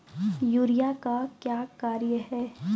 Urea का क्या कार्य हैं?